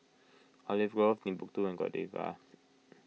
Olive Grove Timbuk two and Godiva